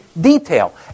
detail